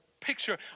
picture